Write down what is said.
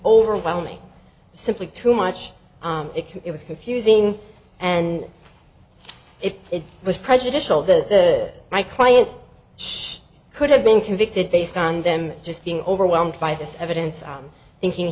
overwhelming simply too much it was confusing and if it was prejudicial the my client could have been convicted based on them just being overwhelmed by this evidence on thinking